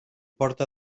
porta